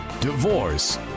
divorce